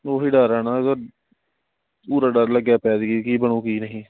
ਉਹੀ ਡਰ ਆ ਨਾ ਇਹਦਾ ਪੂਰਾ ਡਰ ਲੱਗਿਆ ਪਿਆ ਐਤਕੀਂ ਕੀ ਬਣੂ ਕੀ ਨਹੀਂ